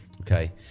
Okay